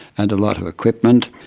and a lot of equipment,